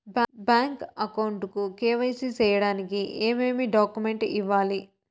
Bank account కు KYC సేయడానికి ఏమేమి డాక్యుమెంట్ ఇవ్వాలి?